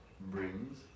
brings